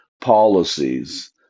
policies